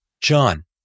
John